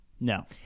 No